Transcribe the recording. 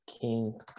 king